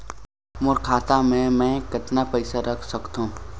मोर खाता मे मै कतना पइसा रख सख्तो?